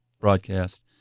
broadcast